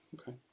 okay